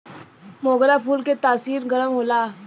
मोगरा फूल के तासीर गरम होला